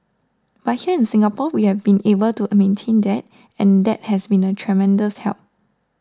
but here in Singapore we've been able to maintain that and that has been a tremendous help